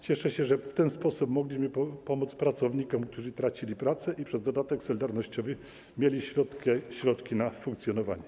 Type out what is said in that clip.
Cieszę się, że w ten sposób mogliśmy pomóc pracownikom, którzy tracili pracę i przez dodatek solidarnościowy mieli środki na funkcjonowanie.